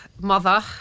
Mother